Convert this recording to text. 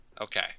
Okay